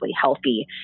healthy